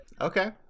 Okay